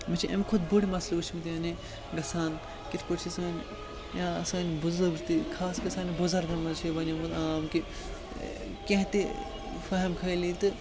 مےٚ چھِ اَمہِ کھۄتہٕ بٔڑ مسلہٕ وُچھمُت یعنی گژھان کِتھ پٲٹھۍ چھِ سٲنۍ سٲنۍ بُزرگ تہِ خاص کَر سانٮ۪ن بُزرگَن منٛز چھِ یِوان یِمَن عام کہِ کینٛہہ تہِ فٮ۪ہَم خیٲلی تہٕ